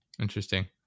Interesting